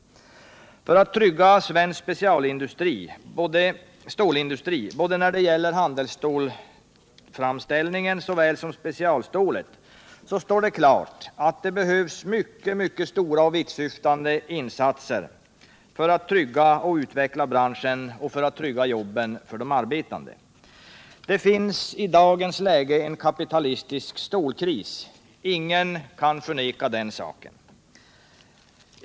Det står klart att det när det gäller svensk stålindustri — både handels stålframställningen och specialstålet — behövs mycket stora och vittsyftande insatser för att utveckla branschen och trygga dess existens och för att trygga jobben för de arbetande. Det finns i dagens läge en kapitalistisk stålkris — ingen kan förneka den saken.